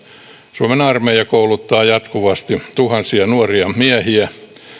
suomen armeija kouluttaa jatkuvasti tuhansia nuoria miehiä